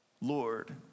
Lord